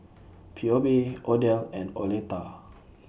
Pheobe Odell and Oleta